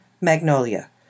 Magnolia